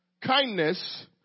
kindness